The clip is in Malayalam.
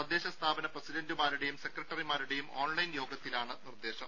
തദ്ദേശ സ്ഥാപന പ്രസിഡണ്ടുമാരുടെയും സെക്രട്ടറിമാരുടെയും ഓൺലൈൻ യോഗത്തിലാണ് നിർദേശം